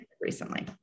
recently